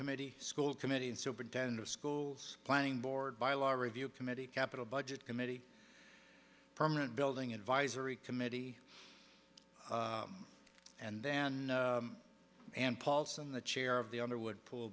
committee school committee and superintendent schools planning board by a large review committee capital budget committee permanent building advisory committee and then and paulson the chair of the underwood pool